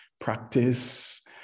practice